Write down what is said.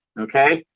okay?